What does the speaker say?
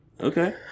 Okay